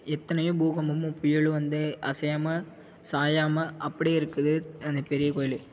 எத்தனையோ பூகம்பமோ புயலும் வந்து அசையாமல் சாயாமல் அப்படியே இருக்குது அந்த பெரிய கோயில்